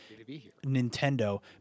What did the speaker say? Nintendo